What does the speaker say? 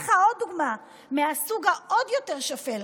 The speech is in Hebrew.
ועכשיו אני אתן לך עוד דוגמה מהסוג העוד-יותר שפל,